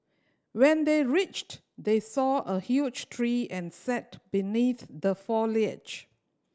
when they reached they saw a huge tree and sat beneath the foliage